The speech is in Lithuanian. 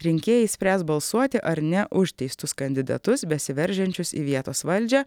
rinkėjai spręs balsuoti ar ne už teistus kandidatus besiveržiančius į vietos valdžią